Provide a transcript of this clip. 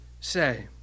say